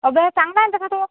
अभ्यासात चांगला आहे ना तसा तो